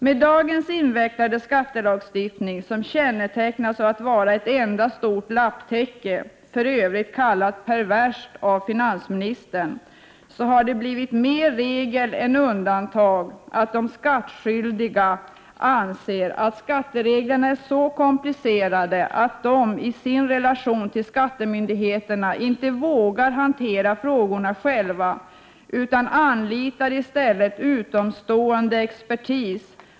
Med dagens invecklade skattelagstiftning, som kännetecknas av att vara ett enda stort lapptäcke, för övrigt kallat perverst av finansministern, har det blivit mer regel än undantag att de skattskyldiga anser att skattereglerna är så komplicerade, att de i sin relation till skattemyndigheterna inte vågar hantera frågorna själva, utan anlitar utomstående expertis.